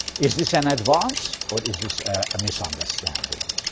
is this an advance or is this a misunderstanding?